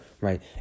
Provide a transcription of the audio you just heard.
right